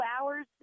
hours